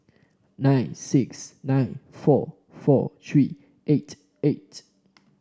nine six nine four four three eight eight